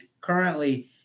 currently